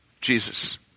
Jesus